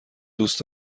دوست